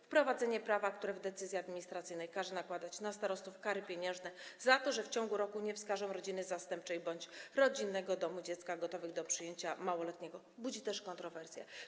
Wprowadzenie prawa, które w drodze decyzji administracyjnej każe nakładać na starostów kary pieniężne za to, że w ciągu roku nie wskażą rodziny zastępczej bądź rodzinnego domu dziecka gotowych do przyjęcia małoletniego, też budzi kontrowersje.